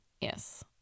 yes